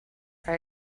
are